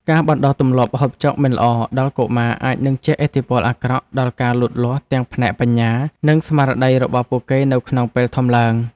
ការបណ្តុះទម្លាប់ហូបចុកមិនល្អដល់កុមារអាចនឹងជះឥទ្ធិពលអាក្រក់ដល់ការលូតលាស់ទាំងផ្នែកបញ្ញា និងស្មារតីរបស់ពួកគេនៅក្នុងពេលធំឡើង។